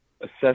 assess